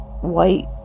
white